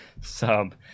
sub